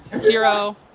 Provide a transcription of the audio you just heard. Zero